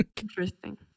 Interesting